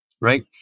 right